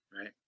right